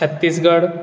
Chhattisgarh